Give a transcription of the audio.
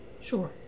Sure